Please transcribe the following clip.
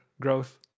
growth